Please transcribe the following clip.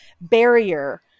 barrier